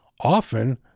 often